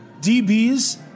DBs